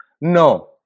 No